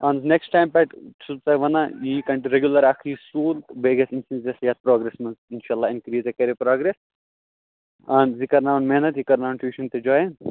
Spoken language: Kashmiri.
اَہن حظ نیکٕسٹ ٹایم پٮ۪ٹھ چھُس تۄہہِ وَنان یہِ کَنٛٹہِ ریگوٗلَر اَکھ یہِ سکوٗل بیٚیہِ گژھِ أمۍ سٕنٛز یَتھ پرٛاگرَس منٛز اِنشاء اللہ اِنکٕریٖز تۄہہِ کَرے پرٛوگرٮ۪س اہن حظ یہِ کَرناوَن محنت یہِ کَرناوَن ٹیوٗشَن تہِ جویِن